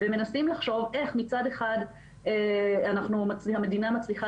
ומנסים לחשוב איך מצד אחד המדינה מצליחה